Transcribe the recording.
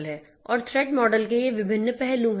है और threat model के ये विभिन्न पहलू हैं